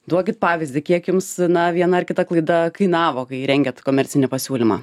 duokit pavyzdį kiek jums na viena ar kita klaida kainavo kai rengėt komercinį pasiūlymą